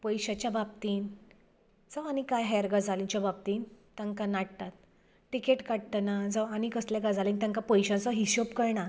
पयशांच्या बाबतींत जावं आनी कांय हेर गजालींच्या बाबतींत तांकां नाडटात टिकेट काडटना जावं आनी कसल्या गजालींक तांकां पयशांचो हिशोब कळना